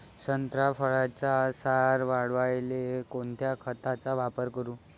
संत्रा फळाचा सार वाढवायले कोन्या खताचा वापर करू?